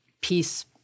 peace